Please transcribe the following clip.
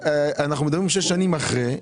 אנחנו נמצאים שש שנים אחרי,